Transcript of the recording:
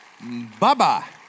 Bye-bye